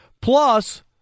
Plus